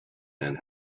and